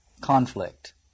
conflict